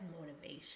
motivation